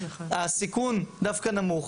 הסיכון דווקא נמוך,